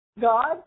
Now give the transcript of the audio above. God